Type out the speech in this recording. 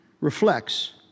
reflects